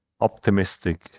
optimistic